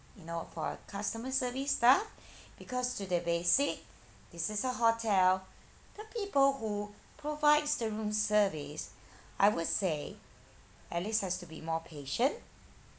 you know for a customer service staff because to the basic this is a hotel the people who provides the room service I would say at least has to be more patient